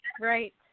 right